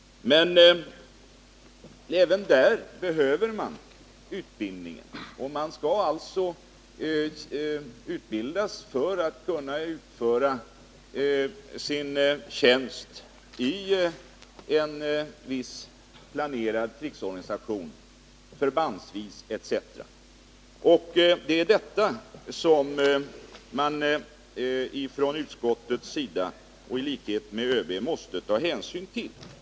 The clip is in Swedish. Men även där behövs det utbildning för att den värnpliktige exempelvis förbandsvis skall kunna utföra sin tjänst i en viss planerad krigsorganisation. Det är vad utskottet och ÖB har tagit hänsyn till.